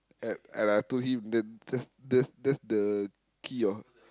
and and I told him that that's that's that's the key of